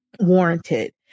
warranted